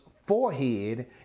forehead